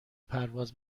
پرواز